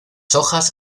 hojas